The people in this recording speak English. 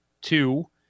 two